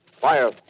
Fire